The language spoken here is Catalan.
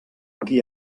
qui